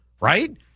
right